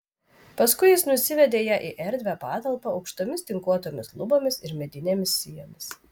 paskui jis nusivedė ją į erdvią patalpą aukštomis tinkuotomis lubomis ir medinėmis sijomis